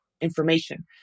information